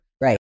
Right